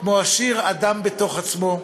כמו השיר "אדם בתוך עצמו",